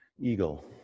Eagle